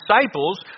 disciples